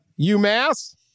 UMass